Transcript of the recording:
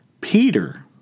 Peter